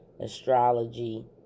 astrology